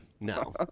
No